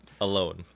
Alone